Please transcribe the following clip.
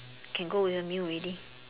can go with a meal already